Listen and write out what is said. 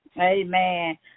amen